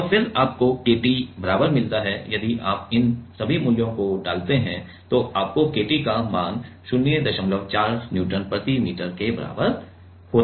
और फिर आपको KT बराबर मिलता है यदि आप इन सभी मूल्यों को डालते हैं तो आपको KT का मान 04 न्यूटन प्रति मीटर के बराबर होता है